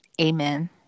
Amen